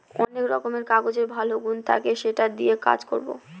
অনেক রকমের কাগজের ভালো গুন থাকে সেটা দিয়ে কাজ করবো